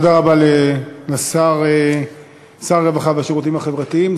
תודה רבה לשר הרווחה והשירותים החברתיים.